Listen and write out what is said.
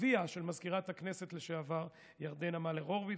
אביה של מזכירת הכנסת לשעבר ירדנה מלר-הורוביץ,